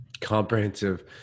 Comprehensive